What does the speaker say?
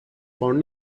found